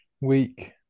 week